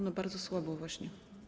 No bardzo słabo właśnie.